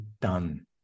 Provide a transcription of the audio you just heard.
done